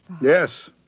Yes